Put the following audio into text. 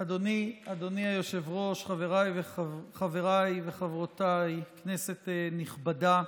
אדוני היושב-ראש, חבריי וחברותיי, כנסת נכבדה,